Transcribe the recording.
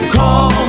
call